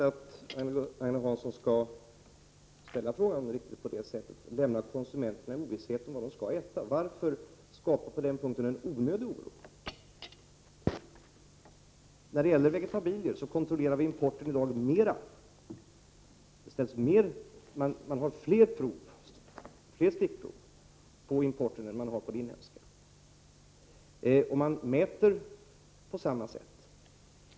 Fru talman! Jag tycker inte att Agne Hansson skall tala om att ”lämna konsumenterna i ovisshet om vad de skall äta”. Varför skall man skapa en onödig oro på den punkten? När det gäller kontrollen av vegetabilier gör vi i dag flera stickprov på importerade produkter än på inhemska, och man mäter på samma sätt.